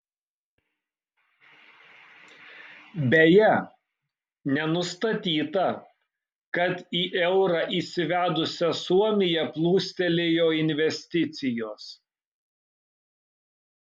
beje nenustatyta kad į eurą įsivedusią suomiją plūstelėjo investicijos